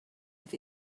with